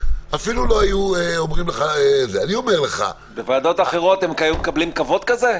אפילו לא היו אומרים לך --- בוועדות אחרות הם היו מקבלים כבוד כזה?